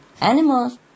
Animals